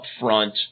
upfront